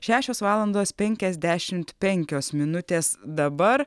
šešios valandos penkiasdešimt penkios minutės dabar